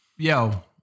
Yo